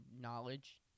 knowledge